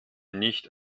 nicht